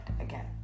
again